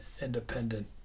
independent